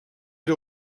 era